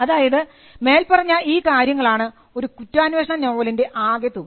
അതായത് മേൽപ്പറഞ്ഞ ഈ കാര്യങ്ങളാണ് ഒരു കുറ്റാന്വേഷണ നോവലിൻറെ ആകെ തുക